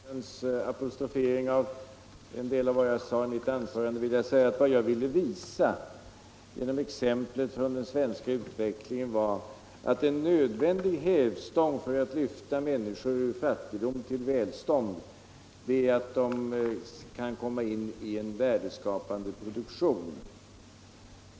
Herr talman! Med anledning av fru Sigurdsens apostrofering av en del av vad jag sade i mitt anförande vill jag framhålla att vad jag önskade visa genom exemplet från den svenska utvecklingen var att en nödvändig hävstång för att lyfta människor ur fattigdom till välstånd är att de kan komma in i en värdeskapande produktion.